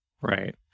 Right